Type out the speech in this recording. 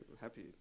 happy